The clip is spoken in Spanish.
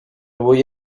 voy